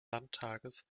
landtages